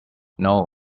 know